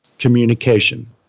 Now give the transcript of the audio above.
communication